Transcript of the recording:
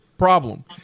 problem